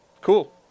cool